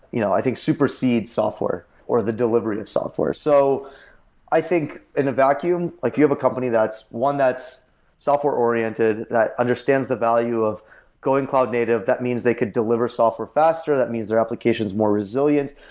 you know i think, supersedes software, or the delivery of software. so i think, in a vacuum, if like you have a company that's one that's software oriented, that understands the value of going cloud native. that means they could deliver software faster. that means their application is more resilient.